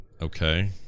Okay